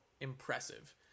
impressive